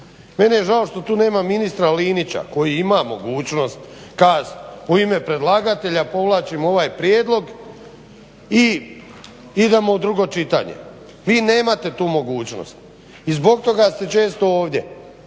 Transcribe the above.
Meni je zašto što tu nema ministra Linića koji ima mogućnost kast u ime predlagatelja povlačim ovaj prijedlog i idemo u drugo čitanje. Vi nemate tu mogućnost i zbog toga ste često ovdje,